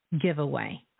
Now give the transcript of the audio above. giveaway